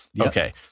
Okay